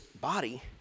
body